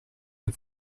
amb